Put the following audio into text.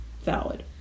valid